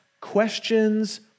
questions